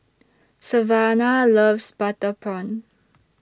Savannah loves Butter Prawn